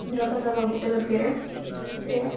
जगह जगह बूह्टे लग्गे दे ते